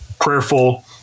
prayerful